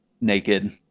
naked